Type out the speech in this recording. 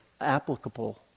applicable